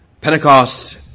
Pentecost